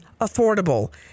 affordable